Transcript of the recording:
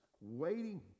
waiting